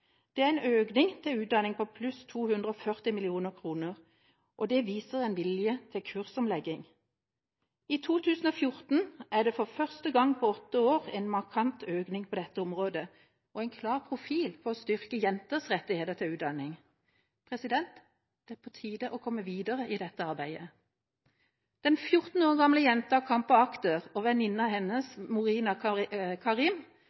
økning til utdanning på 240 mill. kr, og det viser en vilje til kursomlegging. I 2014 er det for første gang på åtte år en markant økning på dette området, og en klar profil for å styrke jenters rettigheter til utdanning. Det er på tide å komme videre i dette arbeidet. Den fjorten år gamle jenta Champa Akhter og venninnen hennes